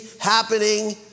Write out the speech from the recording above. happening